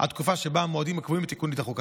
התקופה שבה המועדים הקבועים בתיקון יידחו.